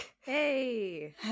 Hey